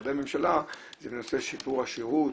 במשרדי הממשלה זה בנושא שיפור השירות,